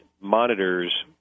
monitors